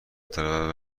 دارد